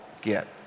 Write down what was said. get